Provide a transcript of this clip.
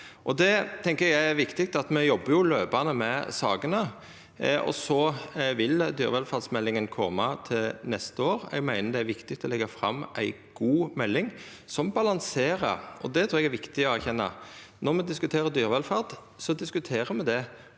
det er viktig at me jobbar løpande med sakene, og så vil dyrevelferdsmeldinga koma til neste år. Eg meiner det er viktig å leggja fram ei god melding som balanserer. Eg trur det er viktig å erkjenna at når me diskuterer dyrevelferd, så diskuterer me det